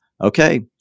Okay